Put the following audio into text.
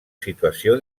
situació